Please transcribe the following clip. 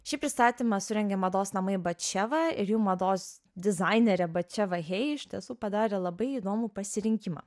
šį pristatymą surengė mados namai bačeva ir jų mados dizainerė bačeva hei iš tiesų padarė labai įdomų pasirinkimą